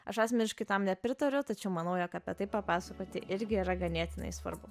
aš asmeniškai tam nepritariu tačiau manau jog apie tai papasakoti irgi yra ganėtinai svarbu